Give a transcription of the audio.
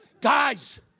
Guys